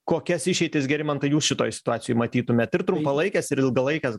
kokias išeitis gerimantai jūs šitoj situacijoj matytumėt ir trumpalaikes ir ilgalaikes